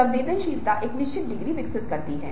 अपने साथ दूसरों को भी घेरें जो आप पर भी विश्वास करते हैं